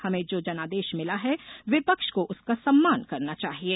हमें जो जनादेश मिला है विपक्ष को उसका सम्मान करना चाहिये